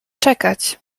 czekać